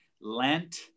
Lent